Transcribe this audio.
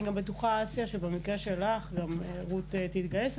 אני גם בטוחה, אסיה, שבמקרה שלך רות תתגייס.